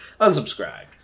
Unsubscribe